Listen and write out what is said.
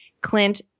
Clint